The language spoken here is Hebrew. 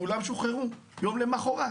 כולם שוחררו יום למוחרת.